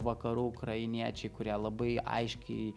vakarų ukrainiečiai kurie labai aiškiai